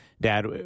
Dad